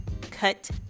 Cut